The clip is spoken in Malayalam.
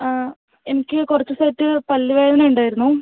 ആ എനിക്ക് കുറച്ചു ദിവസമായിട്ട് പല്ലുവേദനയുണ്ടായിരുന്നു